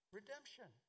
redemption